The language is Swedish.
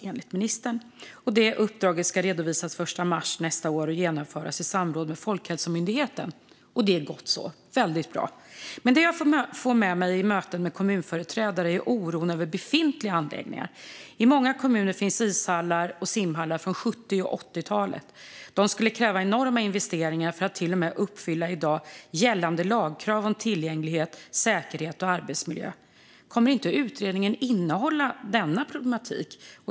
Detta uppdrag ska redovisas den 1 mars nästa år och genomföras i samråd med Folkhälsomyndigheten. Det är gott så - väldigt bra. Men det jag får med mig i möten med kommunföreträdare är oron över befintliga anläggningar. I många kommuner finns ishallar och simhallar från 70 och 80-talen. De skulle kräva enorma investeringar för att ens uppfylla i dag gällande lagkrav om tillgänglighet, säkerhet och arbetsmiljö. Kommer inte utredningen att innehålla denna problematik?